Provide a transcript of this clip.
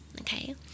Okay